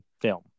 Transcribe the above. film